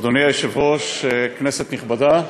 אדוני היושב-ראש, כנסת נכבדה,